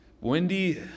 Wendy